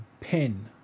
pen